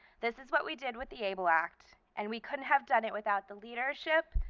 this is what we did with the able act and we couldn't have done it without the leadership,